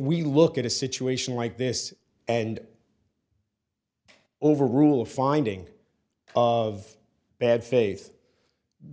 we look at a situation like this and overrule a finding of bad faith